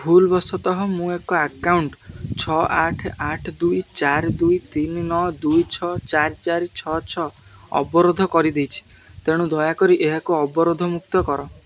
ଭୁଲ ବଶତଃ ମୁଁ ଏକ ଆକାଉଣ୍ଟ୍ ଛଅ ଆଠ ଆଠ ଦୁଇ ଚାରି ଦୁଇ ତିନି ନଅ ଦୁଇ ଛଅ ଚାରି ଚାରି ଛଅ ଛଅ ଅବରୋଧ କରିଦେଇଛି ତେଣୁ ଦୟାକରି ଏହାକୁ ଅବରୋଧମୁକ୍ତ କର